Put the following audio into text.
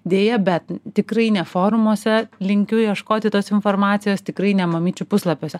deja bet tikrai ne forumuose linkiu ieškoti tos informacijos tikrai ne mamyčių puslapiuose